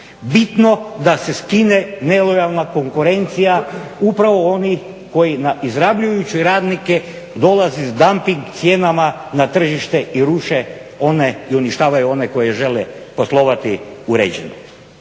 bitno da se skine nelojalne konkurencija upravo onih koji izrabljujući radnike dolazi s damping cijenama na tržište i ruše i uništavaju one koji žele poslovati uređeno.